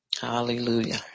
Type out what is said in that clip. Hallelujah